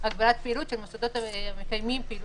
הוא לא מקבל פיצויים, הוא לא זכאי לפיצויים.